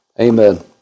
Amen